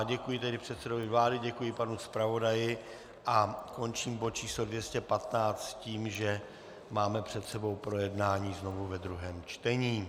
Děkuji tedy předsedovi vlády, děkuji panu zpravodaji a končím bod číslo 215 s tím, že máme před sebou projednání znovu ve druhém čtení.